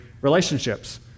relationships